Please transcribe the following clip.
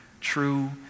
true